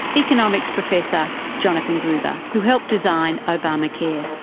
economics professor jonathan gruber, who helped design obamacare.